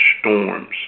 storms